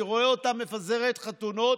אני רואה אותה מפזרת חתונות.